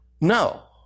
No